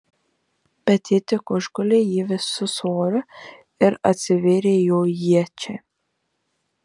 bet ji tik užgulė jį visu svoriu ir atsivėrė jo iečiai